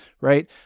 right